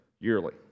yearly